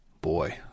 Boy